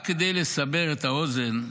רק כדי לסבר את האוזן,